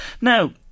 Now